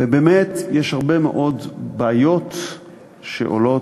באמת יש הרבה מאוד בעיות שעולות